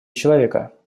человека